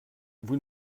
vous